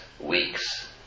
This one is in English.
weeks